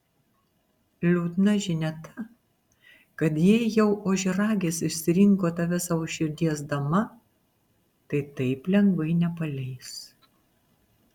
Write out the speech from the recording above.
liūdna žinia ta kad jei jau ožiaragis išsirinko tave savo širdies dama tai taip lengvai nepaleis